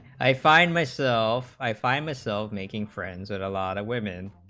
i find myself i find myself making friends and a lot of women